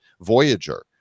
Voyager